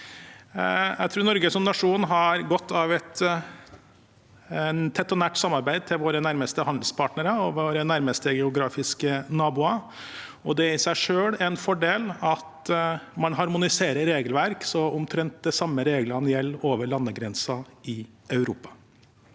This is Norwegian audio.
Jeg tror Norge som nasjon har godt av et tett og nært samarbeid med våre nærmeste handelspartnere og våre nærmeste geografiske naboer, og det er i seg selv en fordel at man harmoniserer regelverk slik at omtrent de samme reglene gjelder over landegrensene i Europa.